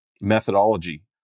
methodology